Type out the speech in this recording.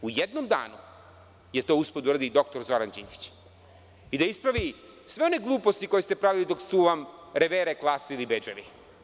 U jednom danu je to uspeo da uradi dr Zoran Đinđić i da ispravi sve one gluposti koje ste pravili dok su vam revere krasili bedževi.